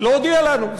להודיע לנו.